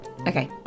Okay